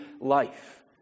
life